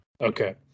Okay